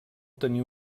tenir